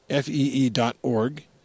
fee.org